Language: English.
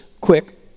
quick